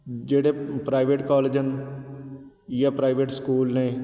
ਜਿਹੜੇ private college ਹਨ ਜਾਂ ਪ੍ਰਾਈਵੇਟ ਸਕੂਲ ਨੇ